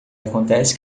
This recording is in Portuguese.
acontece